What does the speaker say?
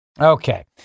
Okay